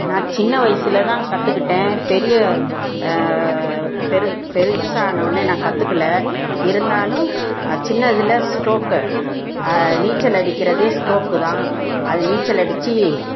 நான் சின்ன வயசில் தான் கற்றுக்கிட்டேன் பெரிய பெரு பெரிசான ஒடனே நான் கற்றுக்கல இருந்தாலும் சின்னதில் ஸ்ட்ரோக்கு நீச்சல் அடிக்கிறதே ஸ்ட்ரோக்கு தான் அதை நீச்சல் அடிச்சு